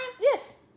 Yes